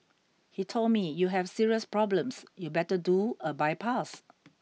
he told me you have serious problems you better do a bypass